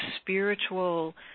spiritual